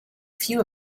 few